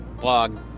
blog